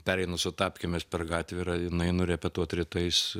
pereinu su tapkėmis per gatvę ir nueinu repetuot rytais